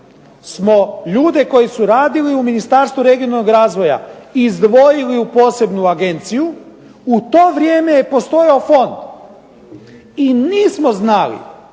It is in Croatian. smo ljude koji su radili u Ministarstvu regionalnog razvoja izdvojili u posebnu agenciju, u to vrijeme je postojao fond i nismo znali